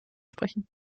sprechen